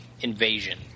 invasion